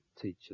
teach